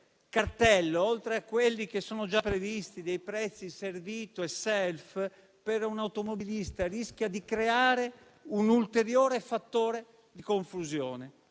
cartello, oltre a quelli che sono già previsti, dei prezzi (servito e *self*), per un'automobilista rischia di creare un ulteriore fattore di confusione.